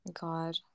God